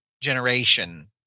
generation